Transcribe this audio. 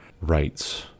rights